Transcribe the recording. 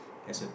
that's it